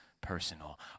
personal